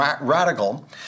radical